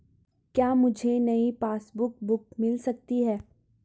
क्या मुझे नयी पासबुक बुक मिल सकती है?